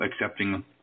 accepting